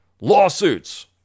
lawsuits